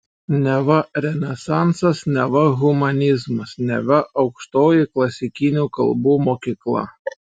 neva renesansas neva humanizmas neva aukštoji klasikinių kalbų mokykla